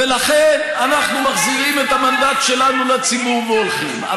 ולכן אנחנו מחזירים את המנדט שלנו לציבור והולכים.